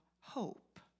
hope